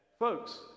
Folks